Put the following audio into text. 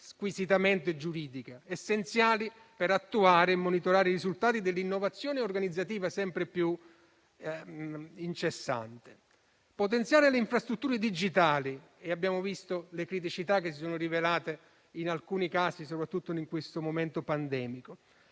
squisitamente giuridica, essenziali per attuare e monitorare i risultati dell'innovazione organizzativa sempre più incessante; potenziare le infrastrutture digitali (abbiamo visto le criticità che si sono rivelate in alcuni casi, soprattutto in questo momento pandemico)